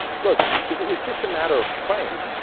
look if it was just a matter of praying,